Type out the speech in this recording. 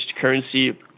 currency